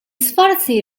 sforzi